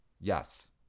Yes